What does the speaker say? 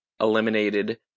eliminated